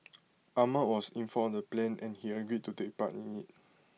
Ahmad was informed the plan and he agreed to take part in IT